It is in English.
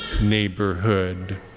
neighborhood